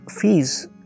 fees